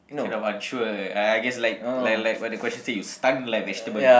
you kind of unsure uh I guess like like like what the question say you stunned like vegetable